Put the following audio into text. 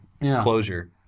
closure